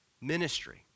ministry